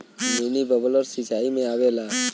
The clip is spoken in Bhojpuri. मिनी बबलर सिचाई में आवेला